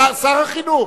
השר, שר החינוך,